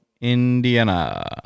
Indiana